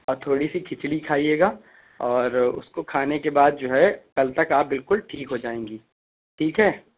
اور تھوڑی سی کھچڑی کھائیے گا اور اس کو کھانے کے بعد جو ہے کل تک آپ بلکل ٹھیک ہو جائیں گی ٹھیک ہے